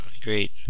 great